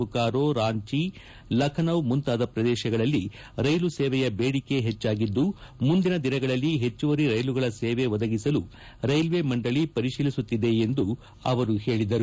ಬುಕಾರೋ ರಾಂಜಿ ಲಖನೌ ಮುಂತಾದ ಪ್ರದೇಶಗಳಲ್ಲಿ ರೈಲು ಸೇವೆಯ ಬೇಡಿಕೆ ಹೆಚ್ಚಾಗಿದ್ದು ಮುಂದಿನ ದಿನಗಳಲ್ಲಿ ಹೆಚ್ಚುವರಿ ರೈಲುಗಳ ಸೇವೆ ಒದಗಿಸಲು ರೈಲ್ವೆ ಮಂಡಳಿ ಪರಿತೀಲಿಸುತ್ತಿದೆ ಎಂದು ಅವರು ಹೇಳಿದರು